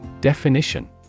definition